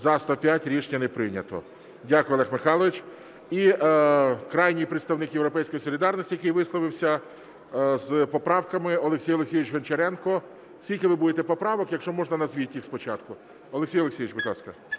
За-105 Рішення не прийнято. Дякую, Олег Михайлович. І крайній представник "Європейської солідарності", який висловився з поправками, Олексій Олексійович Гончаренко. Скільки ви будете поправок? Якщо можна, назвіть їх спочатку. Олексій Олексійович, будь ласка.